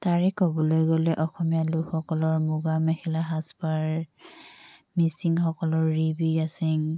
তাৰে ক'বলৈ গ'লে অসমীয়া লোকসকলৰ মুগা মেখেলা সাজ পাৰ মিচিংসকলৰ ৰিবি গাচেং